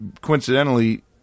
Coincidentally